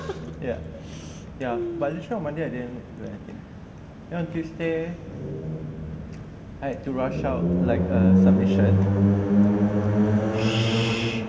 ya ya but this one monday I didn't do anything you know tuesday I had to rush out like a submission shh